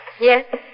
Yes